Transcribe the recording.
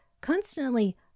constantly